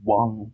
one